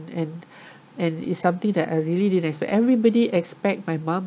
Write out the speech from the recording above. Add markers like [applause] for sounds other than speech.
and [breath] and it's something that I really didn't expect everybody expect my mom